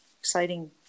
exciting